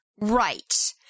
right